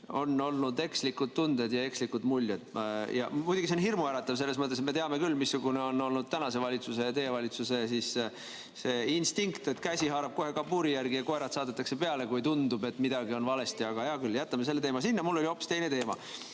on olnud ekslikud tunded ja ekslikud muljed. Muidugi see on hirmuäratav, selles mõttes, et me teame küll, missugune on olnud teie valitsuse see instinkt, et käsi haarab kohe kabuuri järgi ja koerad saadetakse peale, kui tundub, et midagi on valesti. Aga hea küll, jätame selle teema sinna, mul oli hoopis teine teema. Aga